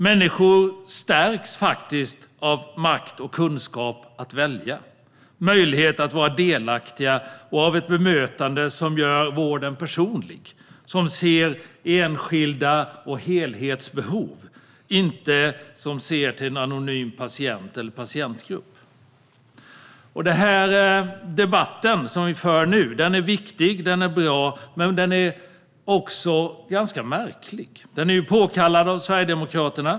Människor stärks av makt och kunskap att välja, av möjligheten att vara delaktiga och av ett bemötande som gör vården personlig, en vård som ser enskilda behov och helhetsbehov och inte ser till en anonym patient eller patientgrupp. Den debatt som vi nu för är viktig och bra. Men den är också ganska märklig. Den är begärd av Sverigedemokraterna.